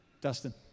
Dustin